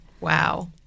Wow